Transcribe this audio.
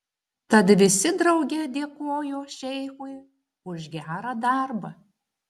tad visi drauge dėkojo šeichui už gerą darbą